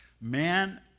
man